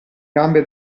gambe